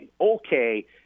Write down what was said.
okay